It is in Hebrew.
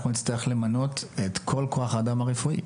נצטרך למנות את כול כוח האדם הרפואי,